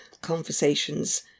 conversations